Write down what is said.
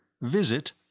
visit